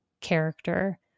character